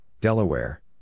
Delaware